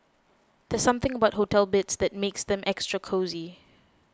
there's something about hotel beds that makes them extra cosy